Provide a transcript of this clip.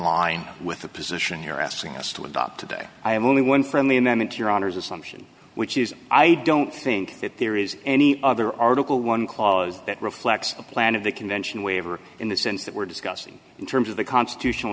line with the position you're asking us to adopt today i have only one friendly and then into your honour's assumption which is i don't think that there is any other article one clause that reflects the plan of the convention waiver in the sense that we're discussing in terms of the constitutional